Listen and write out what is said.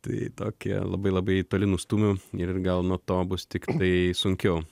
tai tokie labai labai toli nustūmiau ir gal nuo to bus tiktai sunkiau